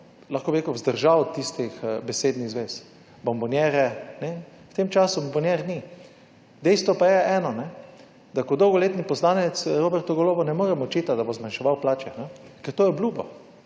lahko bi rekel, vzdržal tistih besednih zvez, bombonjere, ne, v tem času bombonjer ni. Dejstvo pa je eno, ne, da kot dolgoletni poslanec Robertu Golobu ne morem očitati, da bo zmanjševal plače, ne, ker to je obljubil.